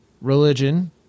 religion